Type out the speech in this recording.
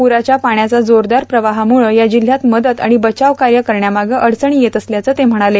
पुराच्या पाण्याचा जोरदार प्रवाहामुळं या जिल्हयात मदत आणि बचाव कार्य करण्यामागं अडचणी येत असल्याचं ते म्हणाले